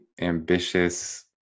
ambitious